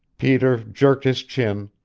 peter jerked his chin,